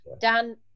Dan